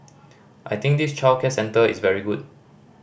I think this childcare centre is very good